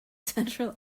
central